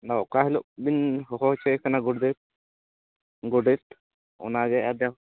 ᱟᱫᱚ ᱚᱠᱟ ᱦᱤᱞᱳᱜ ᱵᱤᱱ ᱦᱚᱦᱚ ᱚᱪᱚᱭᱮ ᱠᱟᱱᱟ ᱜᱚᱰᱮᱛ ᱜᱚᱰᱮᱛ ᱚᱱᱟ ᱜᱮ ᱟᱫᱚ